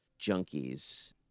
junkies